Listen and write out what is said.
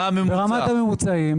מה הממוצע?